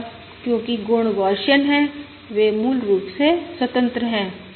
और अब क्योंकि गुण गौसियन हैं वे मूल रूप से स्वतंत्र हैं